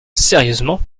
sérieusement